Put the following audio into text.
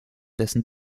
dessen